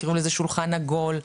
תקראו לזה שולחן עגול,